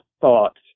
thought